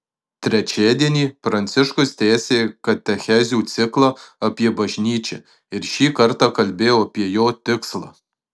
trečiadienį pranciškus tęsė katechezių ciklą apie bažnyčią ir šį kartą kalbėjo apie jo tikslą